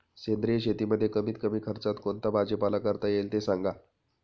सेंद्रिय शेतीमध्ये कमीत कमी खर्चात कोणता भाजीपाला करता येईल ते सांगा